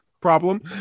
problem